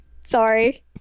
Sorry